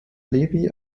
levi